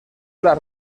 las